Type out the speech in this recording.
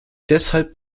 deshalb